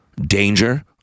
Danger